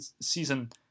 season